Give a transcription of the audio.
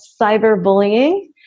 cyberbullying